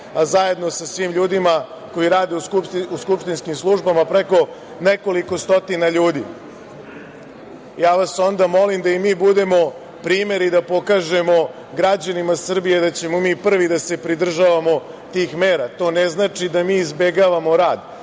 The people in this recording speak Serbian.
a zajedno sa svim ljudima koji rade u skupštinskim službama preko nekoliko stotina ljudi, ja vas onda molim da i mi budemo primer i da pokažemo građanima Srbije da ćemo mi prvi da se pridržavamo tih mera. To ne znači da mi izbegavamo rad,